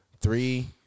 three